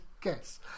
guess